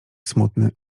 smutny